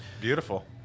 Beautiful